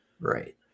Right